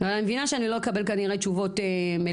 אבל אני מבינה שאני לא אקבל כנראה תשובות מלאות.